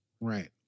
Right